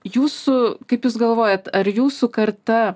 jūsų kaip jūs galvojat ar jūsų karta